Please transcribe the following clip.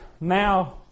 now